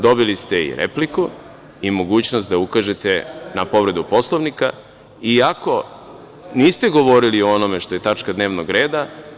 Dobili ste i repliku i mogućnost da ukažete na povredu Poslovnika, iako niste govorili o onome što je tačka dnevnog reda.